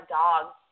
dogs